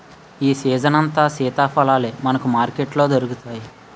ఈ సీజనంతా సీతాఫలాలే మనకు మార్కెట్లో దొరుకుతాయి